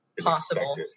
possible